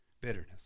bitterness